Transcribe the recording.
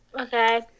Okay